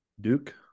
Duke